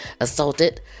assaulted